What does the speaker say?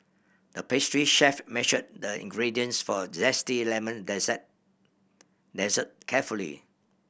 the pastry chef measured the ingredients for a zesty lemon dessert dessert carefully